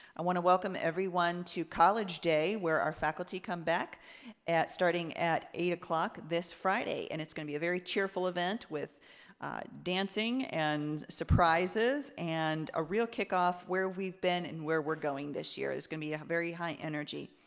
i want to welcome everyone to college day where our faculty come back starting at eight zero o'clock this friday and it's gonna be a very cheerful event with dancing and surprises and a real kickoff where we've been and where we're going this year. there's gonna be a very high energy.